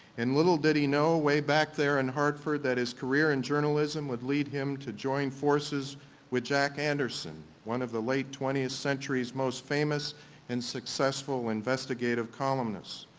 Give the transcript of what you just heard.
and little did he know way back there in hartford that his career in journalism would lead him to join forces with jack anderson, one of the late twentieth century's most famous and successful investigative columnists,